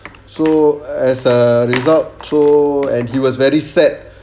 so as a result so and he was very sad